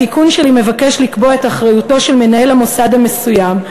התיקון שלי מבקש לקבוע את אחריותו של מנהל המוסד המסוים,